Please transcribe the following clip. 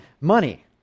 Money